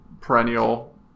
perennial